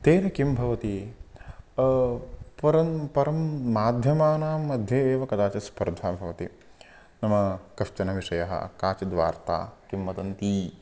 तेन किं भवति परं परं माध्यमानाम् मध्ये एव कदाचित् स्पर्धा भवति नाम कश्चन विषयः काचित् वार्ता किं वदन्ति